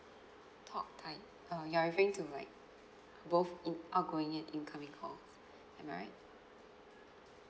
talk time uh you are referring to like both in~ outgoing and incoming calls am I right